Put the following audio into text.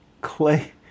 clay